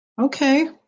Okay